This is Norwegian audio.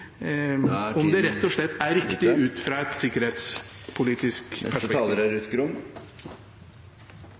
det rett og slett er riktig ut fra et